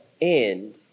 end